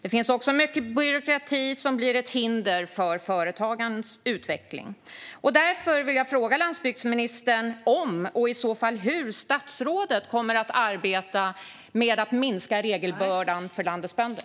Det finns också mycket byråkrati som blir ett hinder för företagens utveckling. Därför vill jag fråga landsbygdsministern om och i så fall hur hon kommer att arbeta med att minska regelbördan för landets bönder.